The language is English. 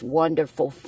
wonderful